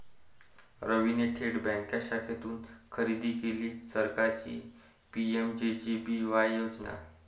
रवीने थेट बँक शाखेतून खरेदी केली सरकारची पी.एम.जे.जे.बी.वाय योजना